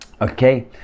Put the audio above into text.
Okay